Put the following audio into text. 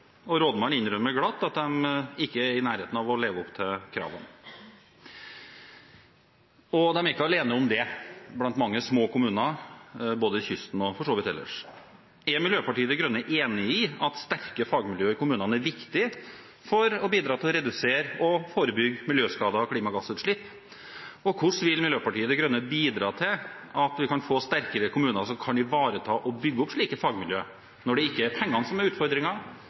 år. Rådmannen innrømmet glatt at de ikke er i nærheten av å leve opp til kravene, og det er de ikke alene om blant mange små kommuner ved kysten, og for øvrig ellers også. Er Miljøpartiet De Grønne enig i at sterke fagmiljøer i kommunene er viktig for å bidra til å redusere og forbygge miljøskader og klimagassutslipp? Og hvordan vil Miljøpartiet De Grønne bidra til at vi kan få sterkere kommuner som kan ivareta og bygge opp slike fagmiljøer når det ikke er pengene som er